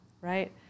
right